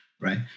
right